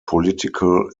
political